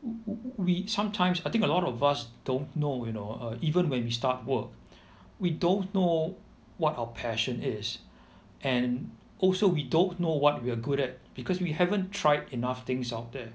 w~ we sometimes I think a lot of us don't know you know uh even when we start work we don't know what our passion is and also we don't know what we are good at because we haven't tried enough things out there